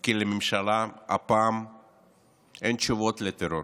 כי הפעם לממשלה אין תשובות לטרור.